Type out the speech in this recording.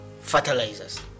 fertilizers